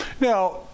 now